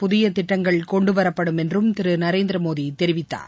புதியதிட்டங்கள் கொண்டுவரப்படும் என்றும் திருநரேந்திரமோடிதெரிவித்தார்